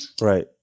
Right